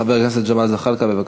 חבר הכנסת ג'מאל זחאלקה, בבקשה.